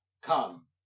Come